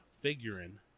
figuring